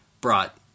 brought